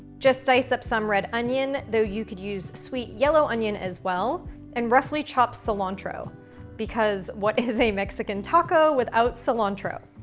just dice up some red onion, though you could use sweet yellow onion as well and roughly chop cilantro because, what is a mexican taco without cilantro.